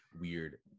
weird